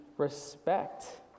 Respect